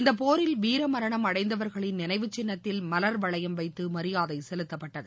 இந்தப் போரில் வீரமரணம் அடைந்தவர்களின் நினைவு சின்னத்தில் மலர் வளையம் வைத்து மரியாதை செலுத்தப்பட்டது